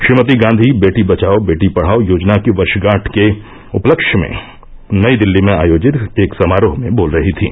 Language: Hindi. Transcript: श्रीमती गांधी बेटी बचाओ बेटी पढ़ाओ योजना की वर्षगांठ के उपलक्ष्य में नई दिल्ली में आयोजित एक समारोह में बोल रही थीं